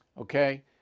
okay